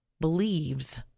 believes